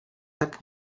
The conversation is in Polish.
tak